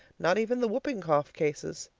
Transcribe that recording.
not even the whooping cough cases.